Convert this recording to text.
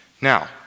Now